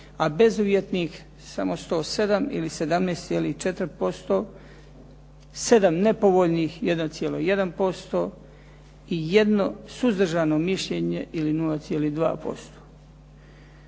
a bezuvjetnih samo 107 ili 17,4%, 7 nepovoljnih 1,1% i 1 suzdržano mišljenje ili 0,2%.